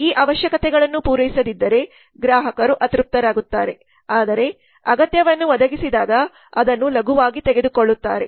ಈ ಅವಶ್ಯಕತೆಗಳನ್ನು ಪೂರೈಸದಿದ್ದರೆ ಗ್ರಾಹಕರು ಅತೃಪ್ತರಾಗುತ್ತಾರೆ ಆದರೆ ಅಗತ್ಯವನ್ನು ಒದಗಿಸಿದಾಗ ಅದನ್ನು ಲಘುವಾಗಿ ತೆಗೆದುಕೊಳ್ಳುತ್ತಾರೆ